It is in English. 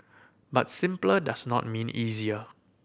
but simpler does not mean easier